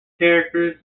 characters